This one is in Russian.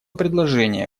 предложение